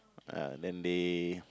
uh then they